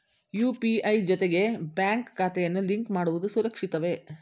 UPI ಜೊತೆಗೆ bank ಖಾತೆಯನ್ನು link ಮಾಡುವುದು ಸುರಕ್ಷಿತವೇ?